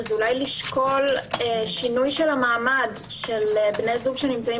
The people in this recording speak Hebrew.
לשקול אולי שינוי המעמד של בני זוג שנמצאים